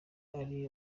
ari